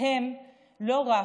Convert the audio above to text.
והם לא רק,